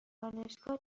دانشگاه